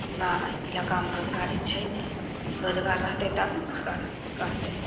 अपना इलाकामे रोजगारी छै नहि रोजगार रहितय तब ने किछु कर करतय